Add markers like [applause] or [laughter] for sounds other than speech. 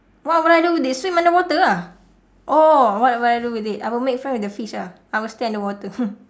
what will I do with it swim underwater ah oh what will I do with it I will make friend with the fish ah I will stay underwater [laughs]